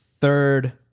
third